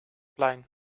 plein